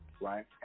Right